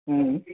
हूं